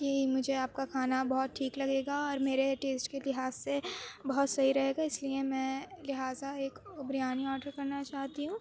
کہ مجھے آپ کا کھانا بہت ٹھیک لگے گا اور میرے ٹیسٹ کے لحاظ سے بہت صحیح رہے گا اس لیے میں لہذا ایک بریانی آرڈر کرنا چاہتی ہوں